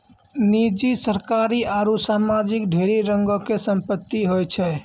निजी, सरकारी आरु समाजिक ढेरी रंगो के संपत्ति होय छै